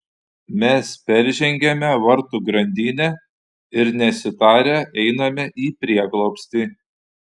mes peržengiame vartų grandinę ir nesitarę einame į prieglobstį